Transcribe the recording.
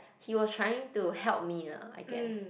he was trying to help me lah I guess